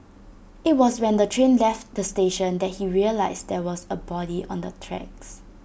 IT was when the train left the station that he realised there was A body on the tracks